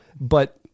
but-